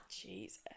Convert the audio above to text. Jesus